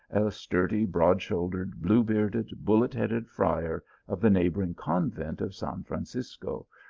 a sturdy, broad-shouldered, blue-bearded, bullet-headed friar of the neighbouring convent of san francisco,